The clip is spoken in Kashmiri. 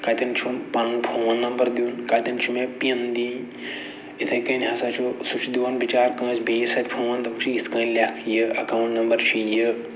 کَتٮ۪ن چھُم پَنُن فون نمبر دیُن کَتٮ۪ن چھُ مےٚ پِن دِنۍ یِتھَے کٔنۍ ہسا چھُ سُہ چھُ دِوان بِچارٕ بیٚیِس اَتھِ فون دَپان چھُ یِتھ کٔنۍ لیٚکھ یہِ اٮ۪کاوُنٛٹ نمبر چھِ یہِ